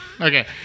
Okay